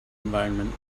environment